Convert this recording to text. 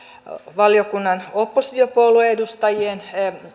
valiokunnan oppositiopuolue edustajien